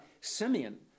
Simeon